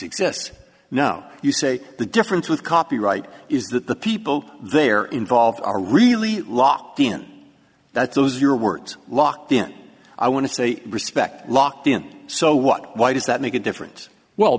success now you say the difference with copyright is that the people there involved are really locked in that those are your words locked in i want to say respect locked in so what why does that make a difference well